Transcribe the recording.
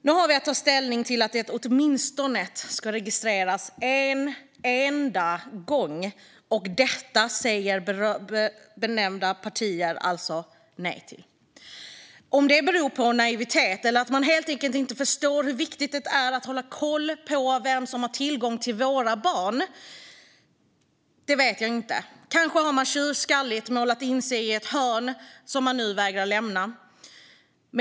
Nu har vi att ta ställning till att det åtminstone ska registreras en enda gång. Men detta säger de nämnda partierna alltså nej till. Om det beror på naivitet eller att man helt enkelt inte förstår hur viktigt det är att hålla koll på vem som har tillgång till våra barn vet jag inte. Kanske har man tjurskalligt målat in sig i ett hörn som man nu vägrar lämna.